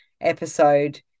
episode